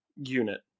unit